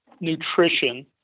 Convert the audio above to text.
nutrition